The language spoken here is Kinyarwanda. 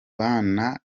bana